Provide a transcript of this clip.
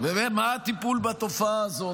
ומה הטיפול בתופעה הזאת?